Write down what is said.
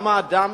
גם אדם